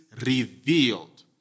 revealed